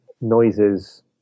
noises